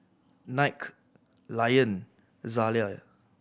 Nike Lion Zalia